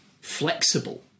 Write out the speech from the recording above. flexible